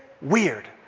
weird